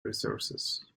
resources